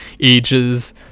ages